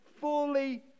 fully